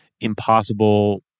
impossible